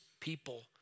people